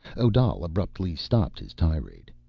odal abruptly stopped his tirade.